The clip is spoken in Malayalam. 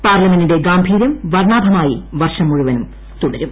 പാർലമെന്റിന്റെ ഗാംഭീരൃം വർണ്ണാഭമായി വർഷം മുഴുവനും തുടരും